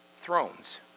thrones